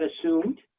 assumed